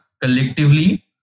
collectively